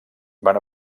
van